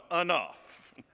enough